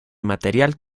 material